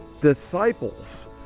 disciples